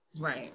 Right